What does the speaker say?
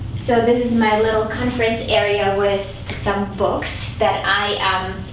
so this is my little conference area with some books that i